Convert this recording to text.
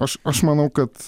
aš aš manau kad